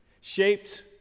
shaped